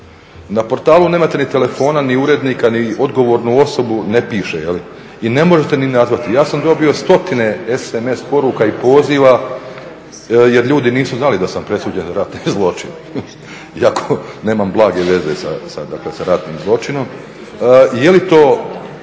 Na portalu nemate ni telefona ni urednika ni odgovornu osobu, ne piše i ne možete ni nazvati. Ja sam dobio stotine sms poruka i poziva jer ljudi nisu znali da sam presuđen za ratni zločin, iako nemam blage veze sa ratnim zločinom. Je li to